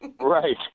Right